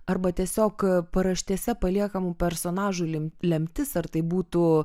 arba tiesiog paraštėse paliekamų personažų lim lemtis ar tai būtų